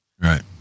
right